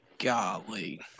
Golly